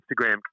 Instagram